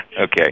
okay